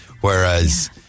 whereas